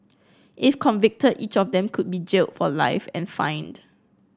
if convicted each of them could be jailed for life and fined